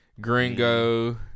Gringo